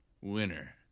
winner